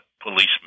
policemen